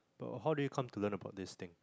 how did you come to learn about this thing